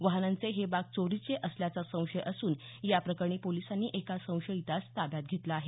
वाहनांचे हे भाग चोरीचे असल्याचा संशय असून या प्रकरणी पोलिसांनी एका संशयितास ताब्यात घेतलं आहे